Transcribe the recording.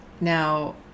Now